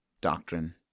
Doctrine